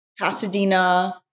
Pasadena